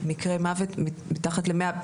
מקרי מוות מתחת ל-100?